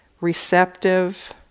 Receptive